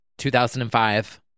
2005